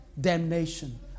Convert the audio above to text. damnation